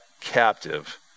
captive